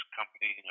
company